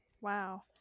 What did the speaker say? wow